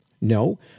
No